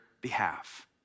behalf